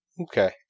Okay